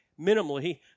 minimally